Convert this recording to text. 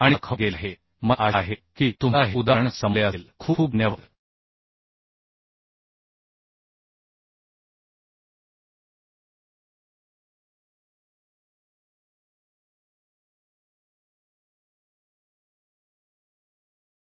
आणि दाखवले गेले आहे मला आशा आहे की तुम्हाला हे उदाहरण समजले असेल खूप खूप धन्यवाद